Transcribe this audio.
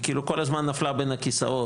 היא כאילו כל הזמן נפלה בין הכסאות.